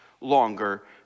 longer